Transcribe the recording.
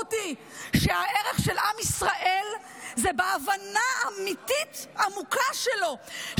המשמעות היא שהערך של עם ישראל הוא בהבנה אמיתית עמוקה שלו,